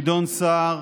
גדעון סער,